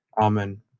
Amen